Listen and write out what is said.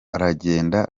aragenda